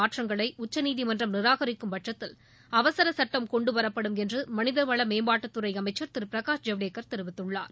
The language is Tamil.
மாற்றங்களை உச்சநீதிமன்றம் நிராகரிக்கும் பட்சத்தில் அவசர சுட்டம் கொண்டுவரப்படும் என்று மனிதவள மேம்பாட்டுத் துறை அமைச்சர் திரு பிரகாஷ் ஜவ்டேகர் தெரிவித்துள்ளார்